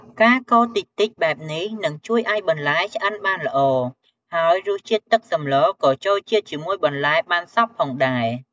ការកូរតិចៗបែបនេះ នឹងជួយឲ្យបន្លែឆ្អិនបានល្អ ហើយរសជាតិទឹកសម្លក៏ចូលជាតិជាមួយបន្លែបានសព្វផងដែរ។